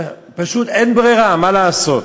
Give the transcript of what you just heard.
פשוט אין ברירה, מה לעשות.